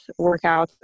workouts